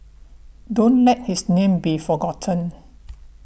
don't let his name be forgotten